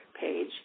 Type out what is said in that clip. page